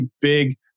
big